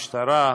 משטרה,